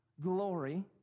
glory